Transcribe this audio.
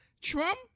Trump